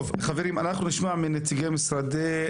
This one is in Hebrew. יונתן